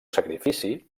sacrifici